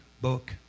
Book